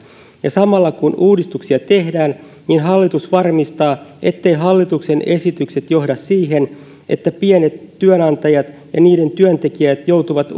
ja samalla kun uudistuksia tehdään niin hallitus varmistaa etteivät hallituksen esitykset johda siihen että pienet työnantajat ja niiden työntekijät joutuvat